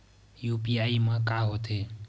UPI मा का होथे?